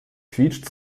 quietscht